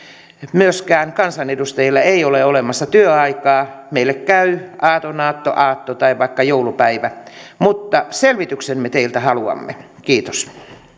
myöskään kansanedustajilla ei ole olemassa työaikaa meille käy aatonaatto aatto tai vaikka joulupäivä mutta selvityksen me teiltä haluamme kiitos